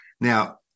Now